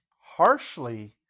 harshly